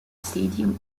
stadium